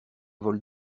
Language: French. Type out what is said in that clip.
vol